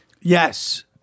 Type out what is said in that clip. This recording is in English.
Yes